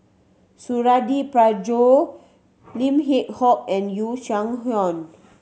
Suradi Parjo Lim Yew Hock and Yu